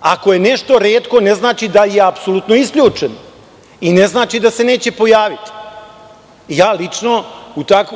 Ako je nešto retko, ne znači da je i apsolutno isključeno i ne znači da se neće pojaviti. Lično